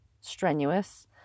strenuous